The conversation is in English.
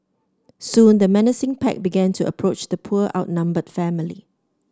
soon the menacing pack began to approach the poor outnumbered family